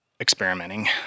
experimenting